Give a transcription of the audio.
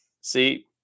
See